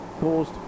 caused